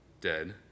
dead